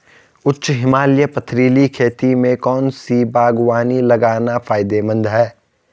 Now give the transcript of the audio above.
उच्च हिमालयी पथरीली खेती में कौन सी बागवानी लगाना फायदेमंद है?